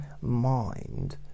mind